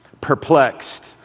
Perplexed